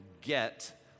get